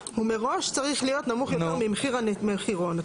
מראש צריך להיות נמוך יותר ממחיר המחירון.